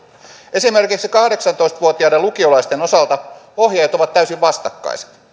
esimerkiksi kahdeksantoista vuotiaiden lukiolaisten osalta ohjeet ovat täysin vastakkaiset